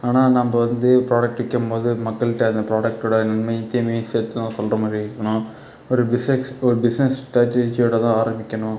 ஆனால் நாம் வந்து ப்ராடக்ட் விற்கும்போது மக்கள் கிட்ட அந்த ப்ராடக்ட்டோட நன்மை தீமையும் சேர்த்துதான் சொல்கிற மாதிரி இருக்கணும் ஒரு பிஸ்னஸ் ஒரு பிஸ்னஸ் ஸ்ட்ரடஜியோட தான் ஆரம்பிக்கணும்